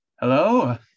hello